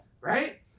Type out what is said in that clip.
Right